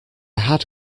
had